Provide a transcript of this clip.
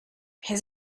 his